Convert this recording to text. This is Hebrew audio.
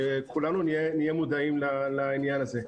שכולנו נהיה מודעים לעניין הזה.